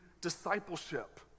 discipleship